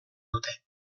dute